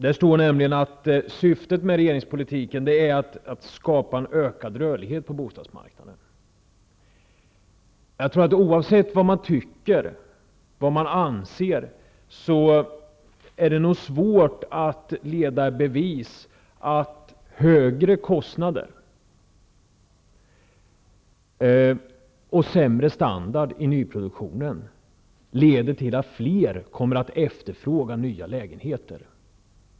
Det står i svaret att syftet med regeringspolitiken är att skapa en ökad rörlighet på bostadsmarknaden. Oavsett vad man anser är det svårt att leda i bevis att högre kostnader och sämre standard i nyproduktionen leder till att fler kommer att efterfråga nya lägenheter.